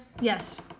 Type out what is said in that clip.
Yes